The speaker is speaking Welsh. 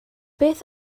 beth